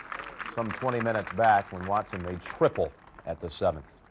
from twenty minutes back when watson made triple at the seventh.